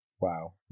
Wow